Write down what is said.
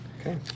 Okay